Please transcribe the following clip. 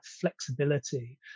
flexibility